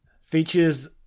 features